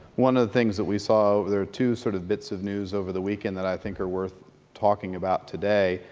one of the things we saw, there are two sort of bits of news over the weekend that i think are worth talking about today,